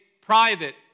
private